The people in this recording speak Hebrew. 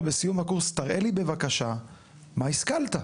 בסיום הקורס תראה לי בבקשה מה השכלת,